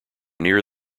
near